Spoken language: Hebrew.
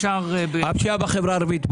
הפשיעה בחברה הערבית.